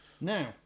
Now